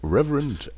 Reverend